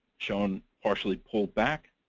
shown partially pulled back.